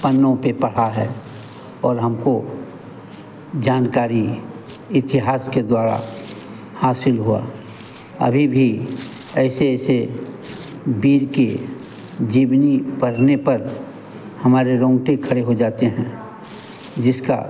पन्नों पर पढ़ा है और हमको जानकारी इतिहास के द्वारा हासिल हुआ अभी भी ऐसे ऐसे वीर के जीवनी पढ़ने पर हमारे रोंगटे खड़े हो जाते हैं जिसका